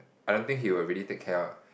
I don't think he will really take care of